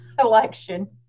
election